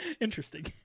interesting